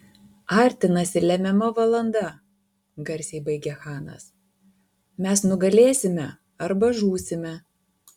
artinasi lemiama valanda garsiai baigė chanas mes nugalėsime arba žūsime